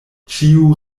ĉiu